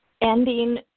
ending